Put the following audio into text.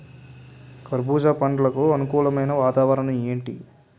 కర్బుజ పండ్లకు అనుకూలమైన వాతావరణం ఏంటి?